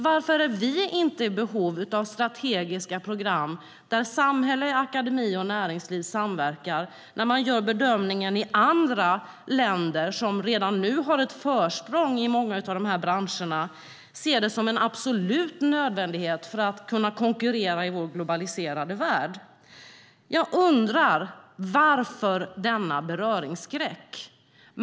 Varför är inte vi i behov av strategiska program där samhälle, akademi och näringsliv samverkar, när man i länder som redan nu har ett försprång i många av dessa branscher ser det som absolut nödvändigt för att kunna konkurrera i vår globaliserade värld? Jag undrar: Varför denna beröringsskräck?